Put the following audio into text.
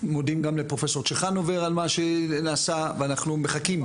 מודים גם לפרופסור צ'חנובר על מה שנעשה ואנחנו מחכים,